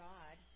God